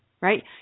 Right